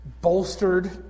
bolstered